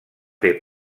fer